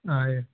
हा एव